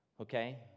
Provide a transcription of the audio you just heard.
Okay